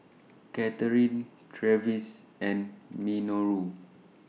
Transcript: Katherin Travis and Minoru